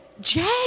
Jay